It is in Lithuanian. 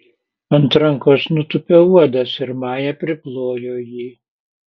ant rankos nutūpė uodas ir maja priplojo jį